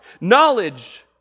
Knowledge